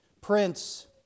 prince